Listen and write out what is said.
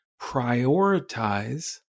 prioritize